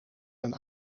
een